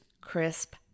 Crisp